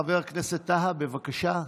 חבר הכנסת טאהא, בבקשה.